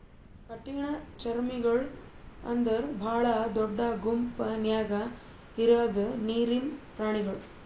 ಕಠಿಣಚರ್ಮಿಗೊಳ್ ಅಂದುರ್ ಭಾಳ ದೊಡ್ಡ ಗುಂಪ್ ನ್ಯಾಗ ಇರದ್ ನೀರಿನ್ ಪ್ರಾಣಿಗೊಳ್